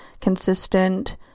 consistent